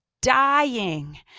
dying